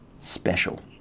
special